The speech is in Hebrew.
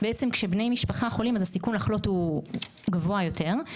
כשבני משפחה חולים הסיכון לחלות גבוה יותר,